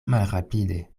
malrapide